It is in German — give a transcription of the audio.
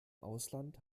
ausland